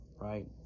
right